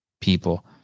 people